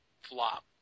flop